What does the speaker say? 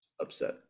upset